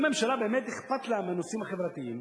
אם ממשלה באמת אכפת לה מהנושאים החברתיים,